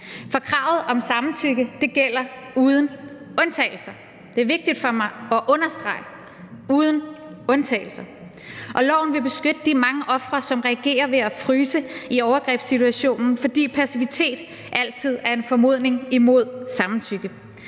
For kravet om samtykke gælder uden undtagelser. Det er vigtigt for mig at understrege: uden undtagelser. Og loven vil beskytte de mange ofre, som reagerer ved at fryse i overgrebssituationen, fordi passivitet altid er en formodning imod samtykke.